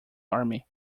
army